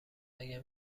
اگر